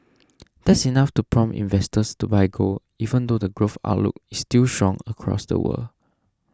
that's enough to prompt investors to buy gold even though the growth outlook is still shock across the world